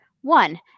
One